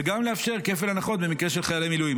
וגם לאפשר כפל הנחות במקרה של חיילי מילואים.